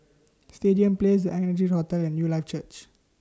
Stadium Place The Ardennes Hotel and Newlife Church